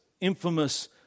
infamous